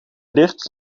licht